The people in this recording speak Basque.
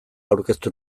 aurkeztu